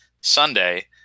Sunday